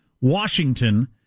Washington